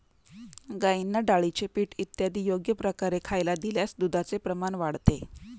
गाईंना डाळीचे पीठ इत्यादी योग्य प्रकारे खायला दिल्यास दुधाचे प्रमाण वाढते